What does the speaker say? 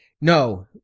no